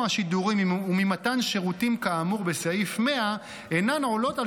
שידורים וממתן שירותים כאמור בסעיף 100 אינן עולות על